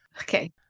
Okay